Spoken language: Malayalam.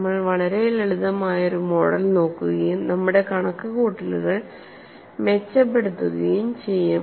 നമ്മൾ വളരെ ലളിതമായ ഒരു മോഡൽ നോക്കുകയും നമ്മുടെ കണക്കുകൂട്ടലുകൾ മെച്ചപ്പെടുത്തുകയും ചെയ്യും